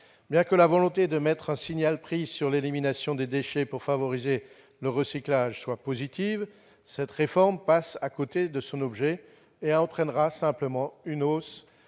Bien que la volonté de mettre un signal prix sur l'élimination des déchets pour favoriser le recyclage soit positive, cette réforme passe à côté de son objet et entraînera simplement une hausse